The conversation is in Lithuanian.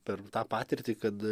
per tą patirtį kad